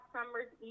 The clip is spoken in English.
Summer's